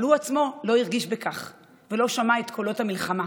אבל הוא עצמו לא הרגיש בכך ולא שמע את קולות המשפחה.